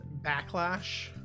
backlash